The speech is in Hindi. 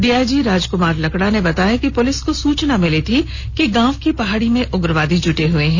डीआईजी राजकुमार लकड़ा ने बताया कि पुलिस को सूचना मिली थी कि गांव की पहाड़ी में उग्रवादी जुटे हुए हैं